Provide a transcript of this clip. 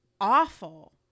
awful